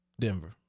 Denver